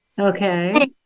Okay